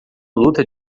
luta